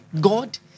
God